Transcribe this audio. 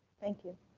thank you.